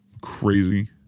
Crazy